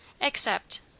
Except